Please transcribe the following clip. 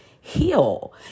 heal